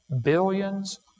billions